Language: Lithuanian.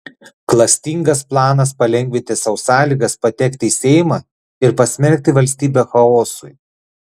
klastingas planas palengvinti sau sąlygas patekti į seimą ir pasmerkti valstybę chaosui